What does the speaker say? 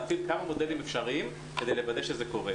להפעיל כמה מודלים אפשריים כדי לוודא שזה קורה.